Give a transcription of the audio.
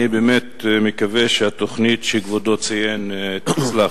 אני באמת מקווה שהתוכנית שכבודו ציין תצלח.